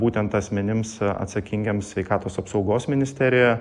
būtent asmenims atsakingiems sveikatos apsaugos ministerija